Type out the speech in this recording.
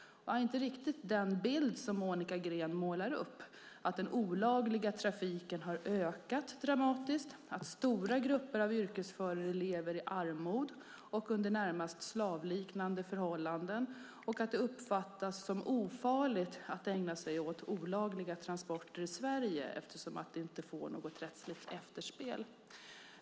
Jag har inte riktigt den bild som Monica Green målar upp - att den olagliga trafiken har ökat dramatiskt, att stora grupper av yrkesförare lever i armod och under närmast slavliknande förhållanden och att det uppfattas som ofarligt att ägna sig åt olagliga transporter i Sverige eftersom det inte får något rättsligt efterspel.